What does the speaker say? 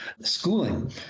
schooling